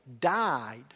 died